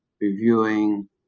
reviewing